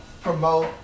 promote